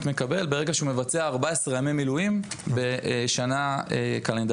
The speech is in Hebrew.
מקבל ברגע שהוא מבצע 14 ימי מילואים בשנה קלנדרית.